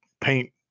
paint